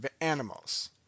animals